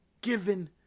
given